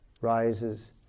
rises